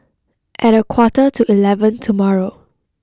at a quarter to eleven tomorrow